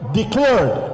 declared